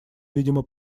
видимо